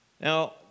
Now